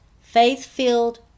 faith-filled